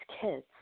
kids